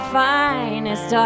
finest